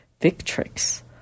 Victrix